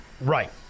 Right